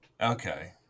Okay